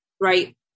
Right